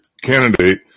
candidate